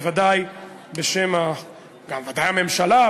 בוודאי בשם הממשלה,